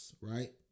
right